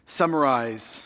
summarize